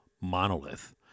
monolith